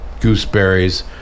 gooseberries